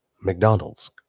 McDonald's